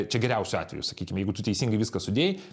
čia geriausiu atveju sakykim jeigu tu teisingai viską sudėjai